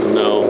no